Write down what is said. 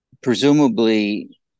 presumably